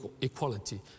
equality